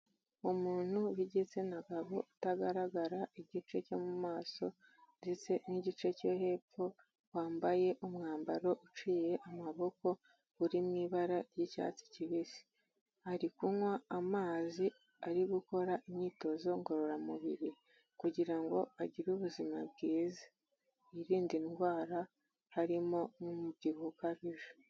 Umuntu w'igitsina gabo utagaragara igice cyo mu maso ndetse n'igice cyo hepfo wambaye umwambaro uciye amaboko, uri mu ibara ry'icyatsi kibisi ari kunywa amazi, ari gukora imyitozo ngororamubiri kugira ngo agire ubuzima bwiza yirinda indwara harimo n'umubyibuho ukabije.